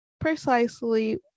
precisely